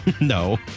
No